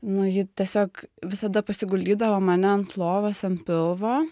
nu ji tiesiog visada pasiguldydavo mane ant lovos ant pilvo